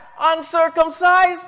uncircumcised